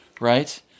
right